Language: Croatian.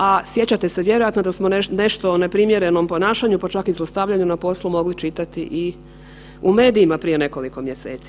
A sjećate se vjerojatno da smo nešto o neprimjerenom ponašanju, pa čak i zlostavljanju na poslu mogli čitati i u medijima prije nekoliko mjeseci.